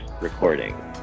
recording